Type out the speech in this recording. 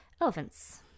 Elephants